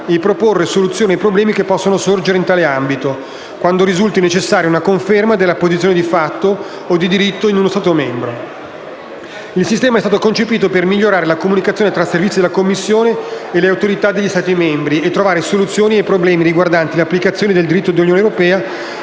Il sistema è stato concepito per migliorare la comunicazione tra i servizi della Commissione e le autorità degli Stati membri e trovare soluzioni ai problemi riguardanti l'applicazione del diritto dell'Unione europea